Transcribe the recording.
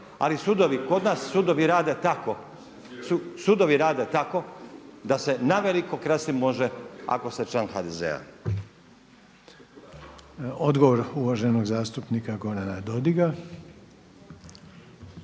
ali sudovi kod nas rade tako, sudovi rade tako da se naveliko krasti može ako ste član HDZ-a.